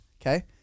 okay